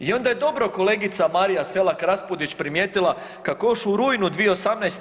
I onda je dobro kolegica Marija Selak Raspudić primijetila kako je još u rujnu 2018.